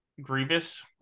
Grievous